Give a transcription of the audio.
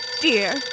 dear